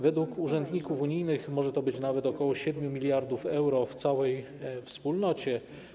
Według urzędników unijnych może to być nawet ok. 7 mld euro w całej Wspólnocie.